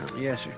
Yes